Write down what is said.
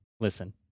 Listen